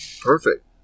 perfect